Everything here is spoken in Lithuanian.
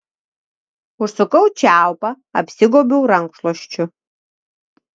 užsukau čiaupą apsigobiau rankšluosčiu